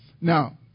Now